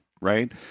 right